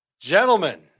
Gentlemen